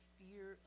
fear